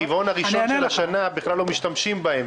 ברבעון השני של השנה בכלל לא משתמשים בהם.